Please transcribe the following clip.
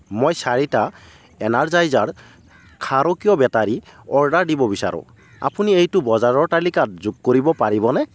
মই চাৰিটা এনাৰজাইজাৰ ক্ষাৰকীয় বেটাৰী অৰ্ডাৰ দিব বিচাৰো আপুনি এইটো বজাৰৰ তালিকাত যোগ কৰিব পাৰিবনে